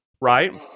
right